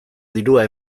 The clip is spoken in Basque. dirua